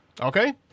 Okay